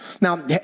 Now